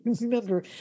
remember